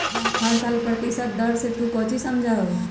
हर साल प्रतिशत दर से तू कौचि समझा हूँ